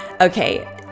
Okay